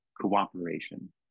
cooperation